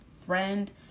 friend